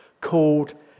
called